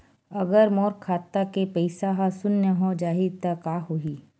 अगर मोर खाता के पईसा ह शून्य हो जाही त का होही?